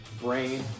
Brain